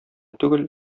түгел